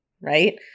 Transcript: right